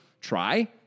try